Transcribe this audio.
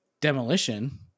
demolition